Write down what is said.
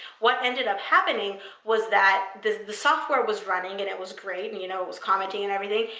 what ended up happening was that the the software was running, and it was great, and you know it was commenting and everything,